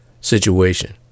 situation